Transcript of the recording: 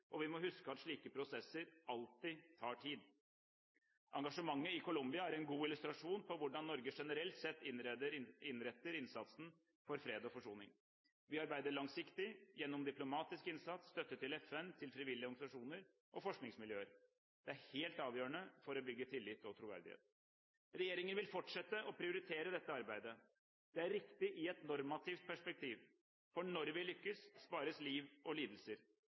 og vi må huske at slike prosesser alltid tar tid. Engasjementet i Colombia er en god illustrasjon på hvordan Norge generelt sett innretter innsatsen for fred og forsoning. Vi arbeider langsiktig gjennom diplomatisk innsats, støtte til FN, til frivillige organisasjoner og forskningsmiljøer. Det er helt avgjørende for å bygge tillit og troverdighet. Regjeringen vil fortsette å prioritere dette arbeidet. Det er riktig i et normativt perspektiv – for når vi lykkes, spares liv og lidelser